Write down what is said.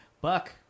Buck